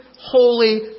holy